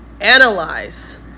analyze